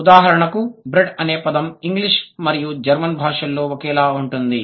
ఉదాహరణకు బ్రెడ్ అనే పదం ఇంగ్లీష్ మరియు జర్మన్ భాషల్లో ఒకేలా ఉంటుంది